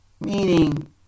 Meaning